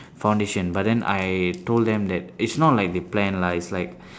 foundation but then I told them that it's not like they plan lah it's like